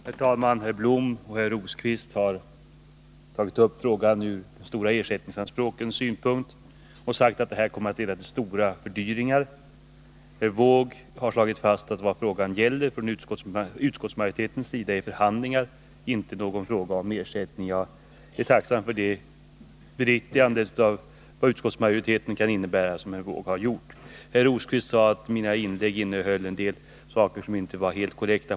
Herr talman! Herr Blom och herr Rosqvist har tagit upp frågan om stora ersättningsanspråk och sagt att vad som inträffat kommer att leda till stora fördyringar. Herr Wååg har slagit fast att vad frågan gäller från utskottsmajoritetens sida är förhandlingar — inte frågan om ersättning. Jag är tacksam för detta beriktigande som herr Wååg har gjort om vad utskottsmajoritetens förslag innebär. Herr Rosqvist sade att mina inlägg innehöll en del som inte var helt korrekt.